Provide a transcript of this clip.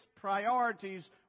priorities